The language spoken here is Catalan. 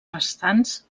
restants